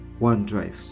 OneDrive